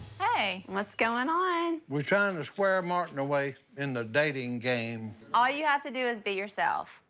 hey, what's goin' on? we tryin' to square martin away, in the dating game. all you have to do is be yourself.